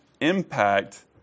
impact